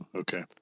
Okay